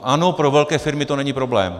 Ano, pro velké firmy to není problém.